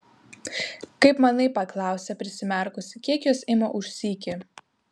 kaip manai paklausė prisimerkusi kiek jos ima už sykį